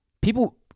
people